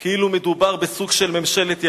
כאילו מדובר בסוג של ממשלת ימין.